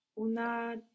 Una